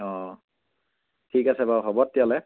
অঁ ঠিক আছে বাৰু হ'ব তেতিয়াহ'লে